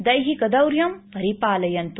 दैहिक दौर्यं परिपालयन्तु